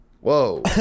whoa